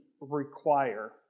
require